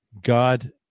God